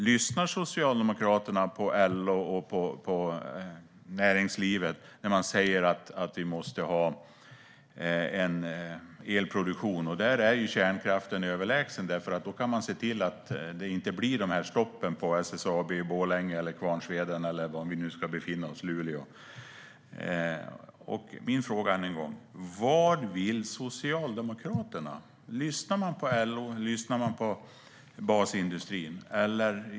Lyssnar Socialdemokraterna på LO och näringslivet när man säger att vi måste ha en elproduktion? Där är kärnkraften överlägsen. Då kan man se till att det inte blir dessa stopp på SSAB i Borlänge, Kvarnsveden, Luleå eller vad vi nu ska befinna oss. Min fråga är än en gång: Vad vill Socialdemokraterna? Lyssnar man på LO och basindustrin?